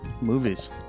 movies